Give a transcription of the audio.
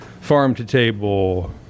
farm-to-table